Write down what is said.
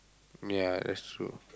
ya that's true